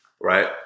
right